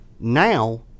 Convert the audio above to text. now